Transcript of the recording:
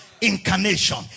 Incarnation